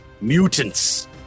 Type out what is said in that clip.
mutants